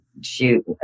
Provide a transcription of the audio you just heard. shoot